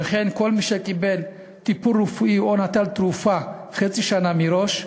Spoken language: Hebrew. וכן כל מי שקיבל טיפול רפואי או נטל תרופה חצי שנה מראש,